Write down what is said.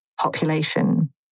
population